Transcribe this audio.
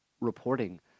reporting